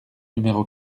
numéro